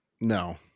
No